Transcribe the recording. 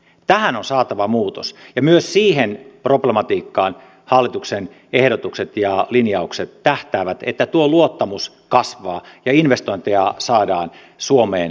tähän on saatava muutos ja myös siihen problematiikkaan hallituksen ehdotukset ja linjaukset tähtäävät että tuo luottamus kasvaa ja investointeja saadaan suomeen suunnattua